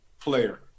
player